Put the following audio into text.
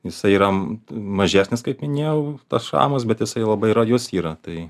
jisai yra mažesnis kaip minėjau tas šamas bet jisai labai rajus yra tai